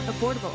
affordable